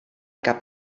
cap